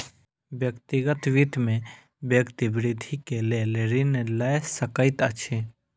व्यक्तिगत वित्त में व्यक्ति वृद्धि के लेल ऋण लय सकैत अछि